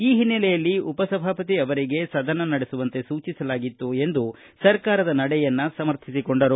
ಈ ಹಿನ್ನೆಲೆಯಲ್ಲಿ ಉಪಸಭಾಪತಿ ಅವರಿಗೆ ಸದನ ನಡೆಸುವಂತೆ ಸೂಚಿಸಲಾಗಿತ್ತು ಎಂದು ಸರ್ಕಾರದ ನಡೆಯನ್ನು ಸಮರ್ಥಿಸಿಕೊಂಡರು